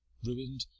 ruin'd,